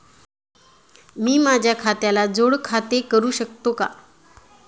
मी माझ्या खात्याला जोड खाते करू शकतो का?